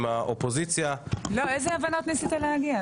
האופוזיציה --- איזה הבנות ניסית להגיע?